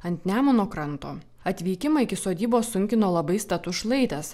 ant nemuno kranto atvykimą iki sodybos sunkino labai status šlaitas